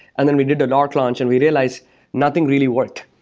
and then we did the dark launch and we realize nothing really worked.